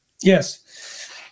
Yes